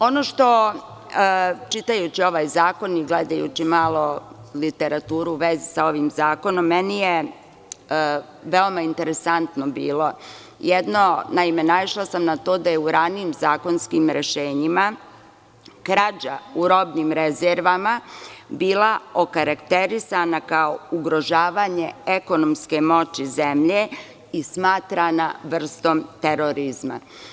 Ono što je, čitajući ovaj zakoni i gledajući malo literaturu u vezi sa ovim zakonom, meni veoma interesantno bilo, naime, naišla sam na to da je ranijim zakonskim rešenjima, krađa u robnim rezervama bila je okarakterisana kao ugrožavanje ekonomske moći zemlje i smatrana vrstom terorizma.